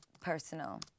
personal